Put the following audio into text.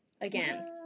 again